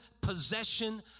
possession